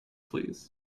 please